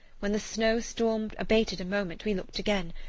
when the snow storm abated a moment we looked again.